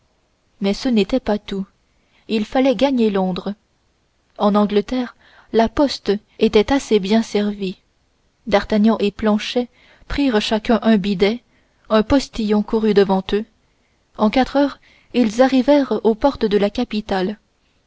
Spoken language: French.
mais ce n'était pas tout il fallait gagner londres en angleterre la poste était assez bien servie d'artagnan et planchet prirent chacun un bidet un postillon courut devant eux en quatre heures ils arrivèrent aux portes de la capitale